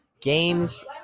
games –